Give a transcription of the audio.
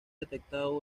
detectado